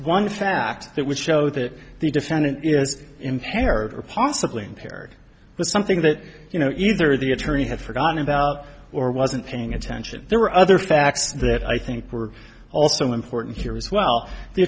one fact that would show that the defendant is impaired or possibly impaired was something that you know either the attorney had forgotten about or wasn't paying attention there were other facts that i think were also important here as well the